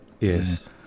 Yes